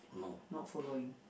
not following